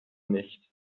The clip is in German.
nicht